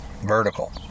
vertical